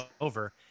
over